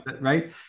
right